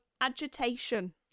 agitation